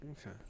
Okay